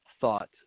thought